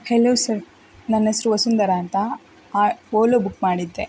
hello sir ನನ್ನ ಹೆಸರು ವಸುಂಧರಾ ಅಂತ ಓಲೋ ಬುಕ್ ಮಾಡಿದ್ದೆ